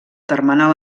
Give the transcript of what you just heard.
termenal